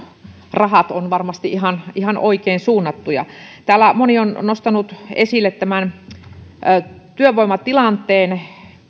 rahat ovat varmasti ihan ihan oikein suunnattuja täällä moni on on nostanut esille työvoimatilanteen